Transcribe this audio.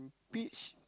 peach